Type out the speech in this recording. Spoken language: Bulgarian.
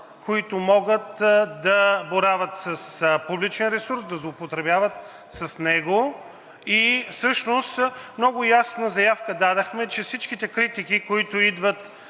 които могат да боравят с публичен ресурс, да злоупотребяват с него и всъщност много ясна заявка дадохме, че всичките критики, които идват